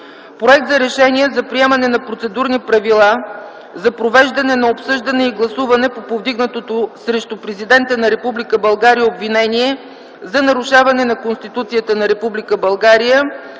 Проект за Решение за приемане на процедурни правила за провеждане на обсъждане и гласуване по повдигнатото срещу Президента на Република България обвинение за нарушаване на Конституцията на